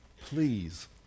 Please